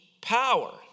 power